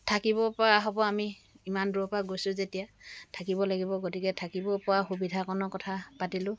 থাকিবপৰা হ'ব আমি ইমান দূৰৰপৰা গৈছোঁ যেতিয়া থাকিব লাগিব গতিকে থাকিব পৰা সুবিধাকণৰ কথা পাতিলোঁ